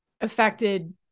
affected